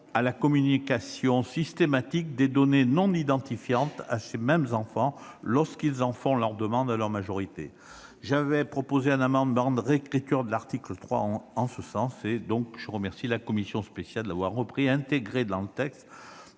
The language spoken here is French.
à la communication systématique des données non identifiantes à ces mêmes enfants, lorsqu'ils en font la demande à leur majorité. J'avais proposé un amendement de réécriture de l'article 3 en ce sens. Je remercie la commission spéciale de l'avoir repris et intégré dans le texte,